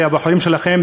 כלפי הבוחרים שלכם.